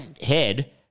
head